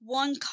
one